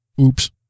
oops